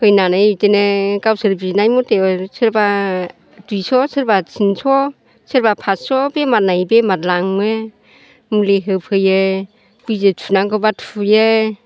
फैनानै बेदिनो गावसोर बिनाय मथे सोरबा दुइस' सोरबा थिनस' सोरबा फासस' बेमार नायै बेमार लाङो मुलि होफैयो बिजि थुनांगौब्ला थुयो